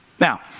Now